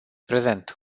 prezent